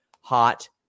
Hot